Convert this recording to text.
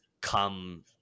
come